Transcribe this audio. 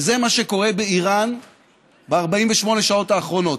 וזה מה שקורה באיראן ב-48 השעות האחרונות.